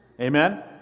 amen